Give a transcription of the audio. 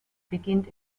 beginnt